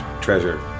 treasure